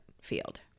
field